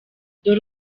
dore